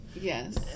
Yes